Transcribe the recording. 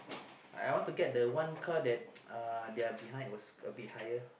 I want to get the one car that uh their behind it was a bit higher